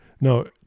No